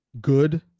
good